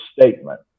statement